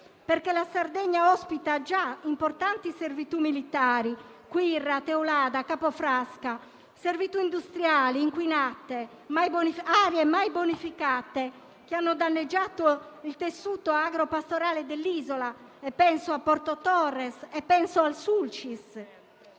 perché la Sardegna ospita già importanti servitù militari (Quirra, Teulada, Capo Frasca), servitù industriali inquinate, aree mai bonificate che hanno danneggiato il tessuto agropastorale dell'isola. Penso a Porto Torres, al Sulcis.